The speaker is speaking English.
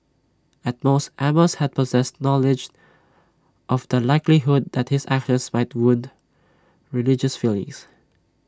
at most amos had possessed knowledge of the likelihood that his actions might wound religious feelings